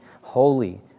holy